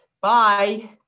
Bye